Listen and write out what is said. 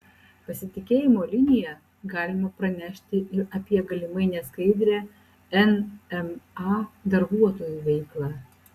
pasitikėjimo linija galima pranešti ir apie galimai neskaidrią nma darbuotojų veiklą